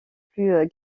plus